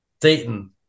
Dayton